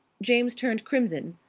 james turned crimson.